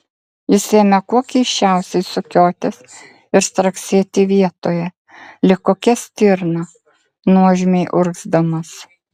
jis ėmė kuo keisčiausiai sukiotis ir straksėti vietoje lyg kokia stirna nuožmiai urgzdamas